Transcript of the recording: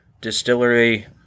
distillery